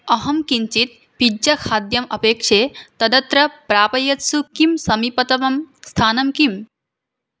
अहं किञ्चित् पिज़्ज़ा खाद्यम् अपेक्षे तदत्र प्रापयत्सु किं समीपतमं स्थानं किम्